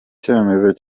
cyemezo